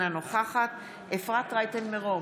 אינה נוכחת אפרת רייטן מרום,